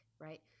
right